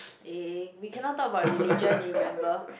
eh we cannot talk about religion remember